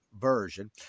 version